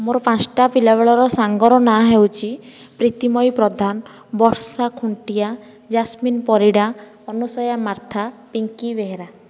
ମୋ ପାଞ୍ଚୋଟି ପିଲାବେଳର ସାଙ୍ଗର ନାଁ ହେଉଛି ପ୍ରୀତିମୟୀ ପ୍ରଧାନ ବର୍ଷା ଖୁଣ୍ଟିଆ ଯାସ୍ମିନ ପରିଡ଼ା ଅନୁସୟା ମାର୍ଥା ପିଙ୍କି ବେହେରା